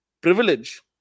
privilege